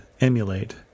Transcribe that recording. emulate